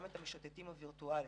גם את המשוטטים הווירטואליים.